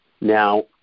Now